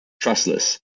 trustless